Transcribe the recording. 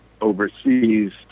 overseas